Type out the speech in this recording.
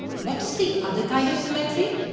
what is the other kind of symmetry?